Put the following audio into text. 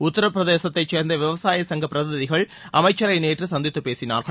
உத்தரப் பிரதேசத்தை சேர்ந்த விவசாய சங்கப் பிரதிநிதிகள் அமைச்சரை நேற்று சந்தித்துப் பேசினார்கள்